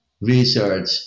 research